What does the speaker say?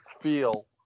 feel